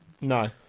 No